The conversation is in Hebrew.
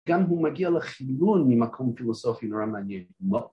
גם הוא מגיע לחילון ממקום פילוסופי נורא מעניין